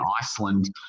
Iceland